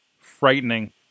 frightening